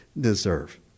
deserve